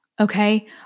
okay